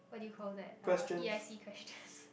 what do you call that uh E I C question